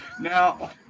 Now